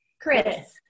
Chris